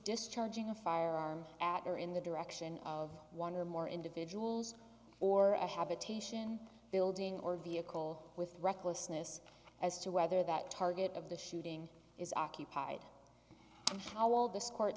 discharging a firearm at or in the direction of one or more individuals or a habitation building or vehicle with recklessness as to whether that target of the shooting is occupied how will this court